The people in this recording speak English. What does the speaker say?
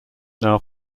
now